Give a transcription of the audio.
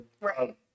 Right